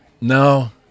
no